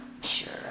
Sure